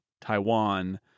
Taiwan